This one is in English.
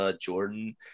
Jordan